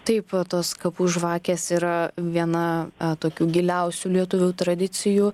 taip tos kapų žvakės yra viena tokių giliausių lietuvių tradicijų